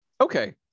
okay